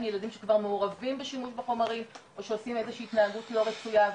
ילדים שכבר מעורבים בשימוש בחומרים או שעושים איזושהי התנהגות לא רצויה.